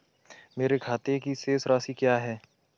मेरे खाते की शेष राशि क्या है?